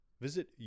visit